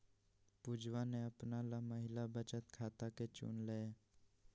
पुजवा ने अपना ला महिला बचत खाता के चुन लय